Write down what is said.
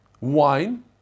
wine